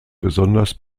besonders